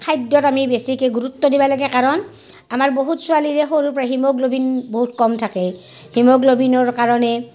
খাদ্যত আমি বেছিকে গুৰুত্ব দিব লাগে কাৰণ আমাৰ বহুত ছোৱালীৰে সৰুৰ পৰা হিম'গ্লবিন বহুত কম থাকে হিম'গ্লবিনৰ কাৰণে